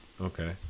Okay